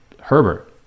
Herbert